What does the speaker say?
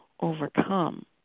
overcome